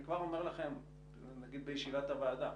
אני כבר אומר לכם ונגיד בישיבת הוועדה.